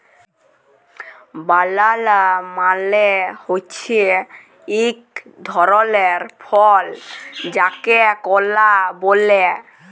বালালা মালে হছে ইক ধরলের ফল যাকে কলা ব্যলে